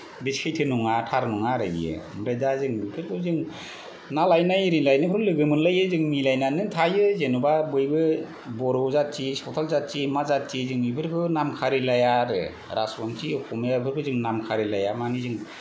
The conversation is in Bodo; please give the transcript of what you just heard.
बे सैथो नङा थार नङा आरो बियो ओमफ्राय दा जेनेबा बेफोरखौ जों ना लायनाय आरि लायनाफोराव लोगो मोनलायो जों मिलायनानो थायो जेनबा बयबो बर' जाति सावथाल जाति मा जाति जों बेफोरखौ नामखारिलाया आरो राजबंशि अखमियाखौबो जों नामखारि लाया मानि जों